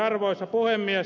arvoisa puhemies